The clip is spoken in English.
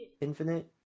Infinite